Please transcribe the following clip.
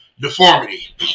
deformity